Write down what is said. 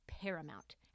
paramount